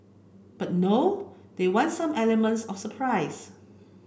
but no they want some elements of surprise